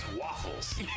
waffles